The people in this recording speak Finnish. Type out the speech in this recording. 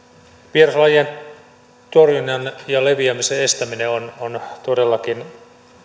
vieraslajien torjunta ja leviämisen estäminen on on todellakin